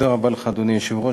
אדוני היושב-ראש,